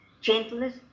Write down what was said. gentleness